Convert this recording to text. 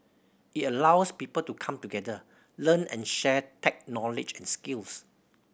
it allows people to come together learn and share tech knowledge and skills